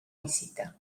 visita